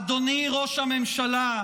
אדוני ראש הממשלה,